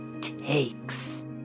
takes